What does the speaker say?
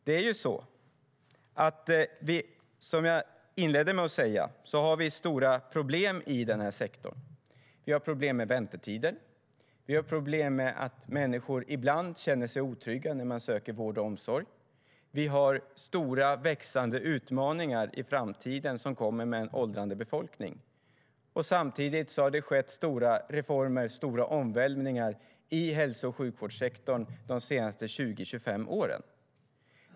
Som jag inledde med att säga har vi stora problem i denna sektor. Vi har problem med väntetider, vi har problem med att människor ibland känner sig otrygga när de söker vård och omsorg och vi har stora och växande utmaningar i framtiden som kommer med en åldrande befolkning. Samtidigt har det skett stora reformer och stora omvälvningar i hälso och sjukvårdssektorn under de senaste 20-25 åren.